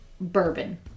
bourbon